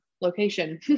location